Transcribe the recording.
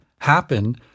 happen